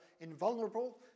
invulnerable